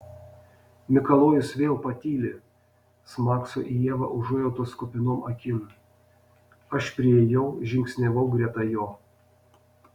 mikalojus vėl patyli smakso į ievą užuojautos kupinom akim aš priėjau žingsniavau greta jo